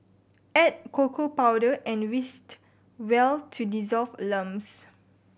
add cocoa powder and well to dissolve lumps